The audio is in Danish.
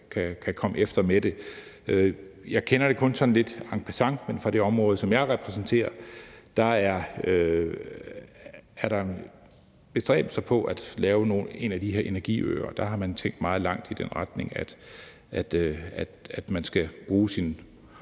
kan komme efter det. Jeg kender det kun sådan lidt en passant, men der er på det område, som jeg repræsenterer, bestræbelser på at lave en af de her energiøer, og der har man tænkt meget langt i den retning, at man skal bruge sin